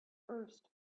first